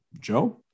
Joe